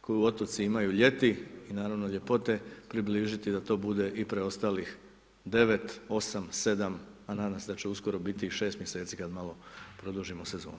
koju otoci imaju ljeti i naravno ljepote približiti da to bude i preostalih 9, 8, 7, a nadam se da će uskoro biti i 6 mjeseci kad malo produžimo sezonu.